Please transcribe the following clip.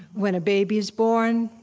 when a baby is born,